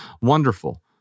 wonderful